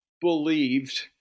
believed